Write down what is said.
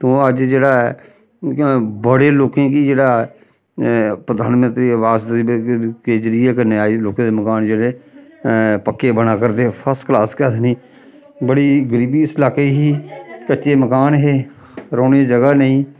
तो अज्ज जेह्ड़ा ऐ बड़े लोकें गी जेह्ड़ा ऐ प्रधानमंत्री आवास दे के जरियै कन्नै अज्ज लोकें दे मकान जेह्ड़े पक्के बना करदे फर्स्ट क्लास केह् आखदे न बड़ी गरीबी इस इलाके गी ही कच्चे मकान हे रौह्ने दी ज'गा नेईं ही